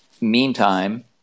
meantime